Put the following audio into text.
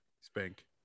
Spank